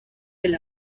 del